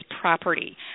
property